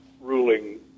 ruling